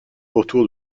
autour